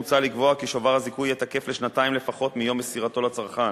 מוצע לקבוע כי שובר הזיכוי יהיה תקף לשנתיים לפחות מיום מסירתו לצרכן.